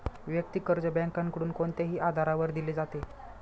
वैयक्तिक कर्ज बँकांकडून कोणत्याही आधारावर दिले जाते